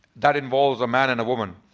that involves a man and a woman.